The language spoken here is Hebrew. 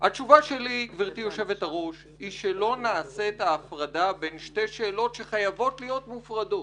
התשובה שלי היא שלא נעשית ההפרדה בין שתי שאלות שחייבות להיות מופרדות.